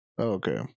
Okay